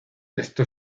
esto